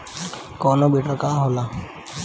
कोनो बिडर का होला?